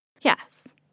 Yes